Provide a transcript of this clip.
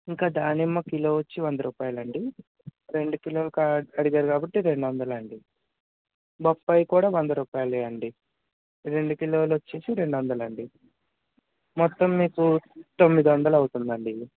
ఇంకా దానిమ్మ కిలో వచ్చి వంద రూపాయలు అండి రెండు కిలోలు కా అడిగారు కాబట్టి రెండు వందలు అండి బొప్పాయి కూడా వంద రూపాయలే అండి రెండు కిలోలు వచ్చి రెండు వందలు అండి మొత్తం మీకు తొమ్మిది వందలు అవుతుందండి